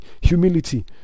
humility